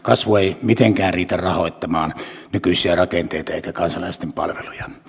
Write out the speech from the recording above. kasvu ei mitenkään riitä rahoittamaan nykyisiä rakenteita eikä kansalaisten palveluja